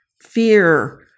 fear